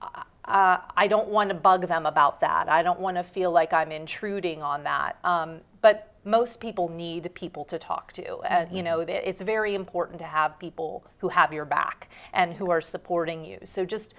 i don't want to bug them about that i don't want to feel like i'm intruding on that but most people need people to talk to you know that it's very important to have people who have your back and who are supporting you so just